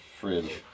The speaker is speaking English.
fridge